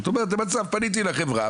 זאת אומרת זה מצב שפניתי לחברה,